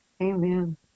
Amen